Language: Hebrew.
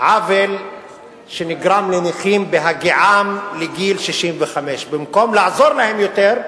עוול שנגרם לנכים בהגיעם לגיל 65. במקום לעזור להם יותר,